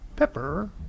pepper